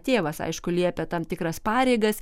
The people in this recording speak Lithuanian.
tėvas aišku liepia tam tikras pareigas